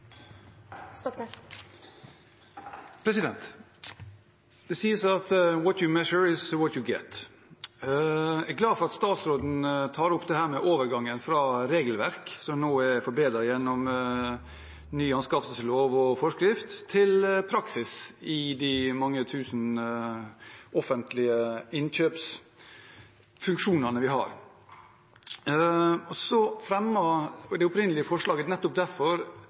glad for at statsråden tar opp det med overgangen fra regelverk, som nå er forbedret gjennom ny anskaffelseslov og forskrift, til praksis i de mange tusen offentlige innkjøpsfunksjonene vi har. I det opprinnelige forslaget er det nettopp derfor